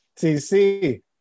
TC